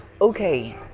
okay